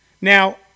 Now